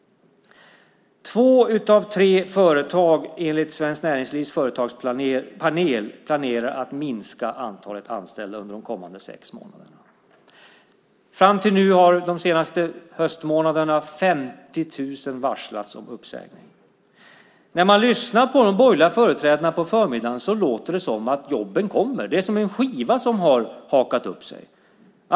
Två av tre företag, enligt Svenskt Näringslivs företagspanel, planerar att minska antalet anställda under de kommande sex månaderna. Under de senaste höstmånaderna, fram till nu, har 50 000 personer varslats om uppsägning. När man lyssnade på de borgerliga företrädarna på förmiddagen lät det som om jobben kommer. Det är som en skiva som har hakat upp sig.